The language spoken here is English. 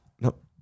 Nope